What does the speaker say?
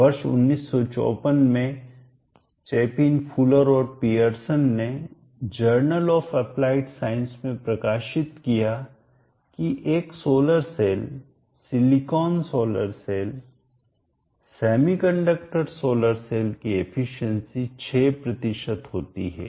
वर्ष 1954 में Chapin Fuller और पियरसन ने जर्नल ऑफ़ अप्लाइड साइंस में प्रकाशित किया की एक solar cell silicon solar cell semiconductor solar cell की एफिशिएंसी दक्षता 6 होती है